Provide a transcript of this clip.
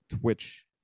Twitch